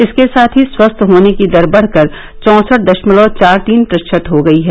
इसके साथ ही स्वस्थ होने की दर बढ़कर चौसठ दशमलव चार तीन प्रतिशत हो गयी है